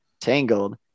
tangled